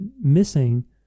missing